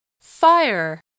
Fire